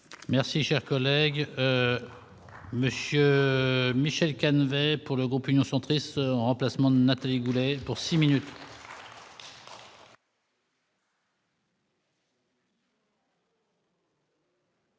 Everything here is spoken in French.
Merci, cher collègue Monsieur Michel Canivet pour le groupe Union centriste en remplacement de Nathalie Goulet pour 6 minutes.